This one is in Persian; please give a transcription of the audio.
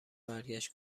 برگشت